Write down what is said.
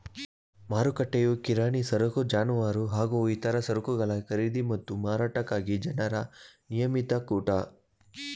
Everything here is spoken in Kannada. ಮಾರುಕಟ್ಟೆಯು ಕಿರಾಣಿ ಸರಕು ಜಾನುವಾರು ಹಾಗೂ ಇತರ ಸರಕುಗಳ ಖರೀದಿ ಮತ್ತು ಮಾರಾಟಕ್ಕಾಗಿ ಜನರ ನಿಯಮಿತ ಕೂಟ